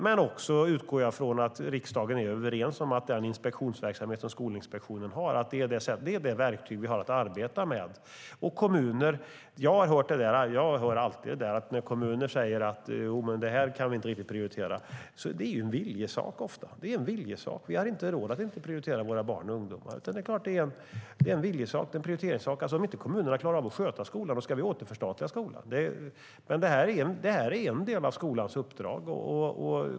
Men jag utgår också från att riksdagen är överens om att den inspektionsverksamhet som Skolinspektionen har är det verktyg vi har att arbeta med. Jag hör alltid att kommuner säger att de inte riktigt kan prioritera detta. Men det är ofta en viljesak. Vi har inte råd att inte prioritera våra barn och ungdomar, utan det är en viljesak, en prioriteringssak. Om inte kommunerna klarar av att sköta skolan, då ska vi återförstatliga skolan. Det här är en del av skolans uppdrag.